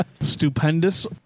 Stupendous